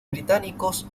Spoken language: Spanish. británicos